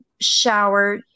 shower